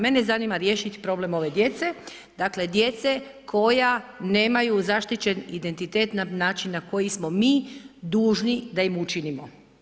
Mene zanima riješiti problem ove djece, dakle djece koja nemaju zaštićen identitet na način na koji smo mi dužni da im učinimo.